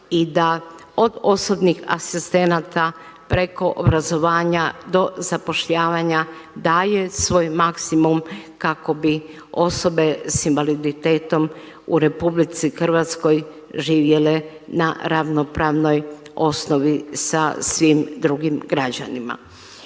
I da od osobnih asistenata preko obrazovanja do zapošljavanja daje svoj maksimum kako bi osobe s invaliditetom u RH živjele na ravnopravnoj osnovi sa svim drugim građanima.